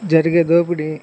జరిగే దోపిడి